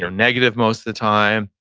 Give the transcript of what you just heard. negative most of the time,